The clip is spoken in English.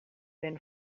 been